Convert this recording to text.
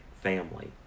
family